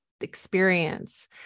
experience